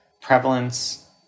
prevalence